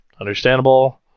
Understandable